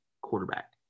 quarterback